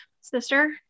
sister